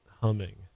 humming